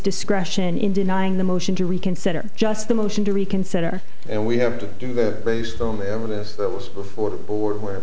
discretion in denying the motion to reconsider just the motion to reconsider and we have to do that based on the evidence that was before whe